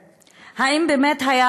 האם באמת היה